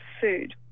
food